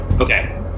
Okay